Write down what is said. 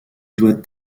doit